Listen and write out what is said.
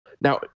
Now